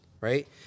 Right